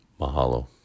Mahalo